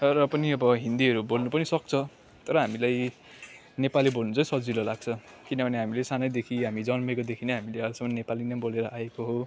तर पनि अब हिन्दीहरू बोल्नु पनि सक्छ तर हामीलाई नेपाली बोल्नु चाहिँ सजिलो लाग्छ किनभने हामीले सानैदेखि हामी जन्मेकोदेखि नै हामीले अहिलेसम नेपाली नै बोलेर आएको हो